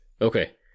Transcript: Okay